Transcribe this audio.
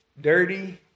dirty